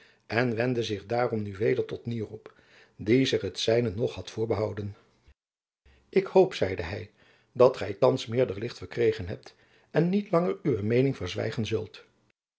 en wendde zich daarom nu weder tot nierop die zich het zijne nog had voorbehouden ik hoop zeide hy dat gy thands meerder licht verkregen hebben en niet langer uwe meening verzwijgen zult